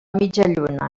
mitjalluna